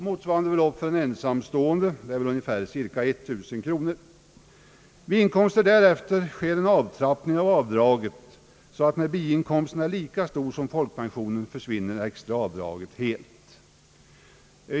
Motsvarande belopp för en ensamstående pensionär är väl ungefär 1000 kronor. Vid inkomster däröver sker en nedtrappning av avdraget. När inkomsten är lika stor som folkpensionen, försvinner det extra avdraget helt.